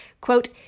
quote